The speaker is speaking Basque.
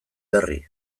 berri